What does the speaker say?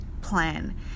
plan